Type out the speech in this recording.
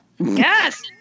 Yes